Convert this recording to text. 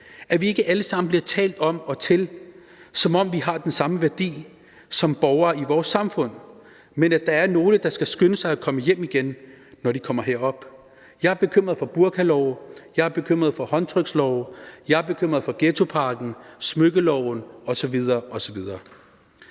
at vi ikke alle sammen bliver talt om og til, som om vi har den samme værdi som borgere i vores samfund, men at der er nogle, der skal skynde sig at komme hjem igen, når de kommer herop. Jeg er bekymret for burkalove. Jeg er bekymret for håndtrykslove. Jeg er bekymret for ghettopakken, smykkeloven osv. osv.